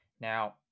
Now